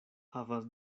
havas